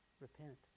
Repent